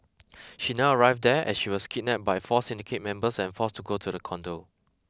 she never arrived there as she was kidnapped by four syndicate members and forced to go to the condo